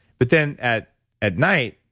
but then at at night,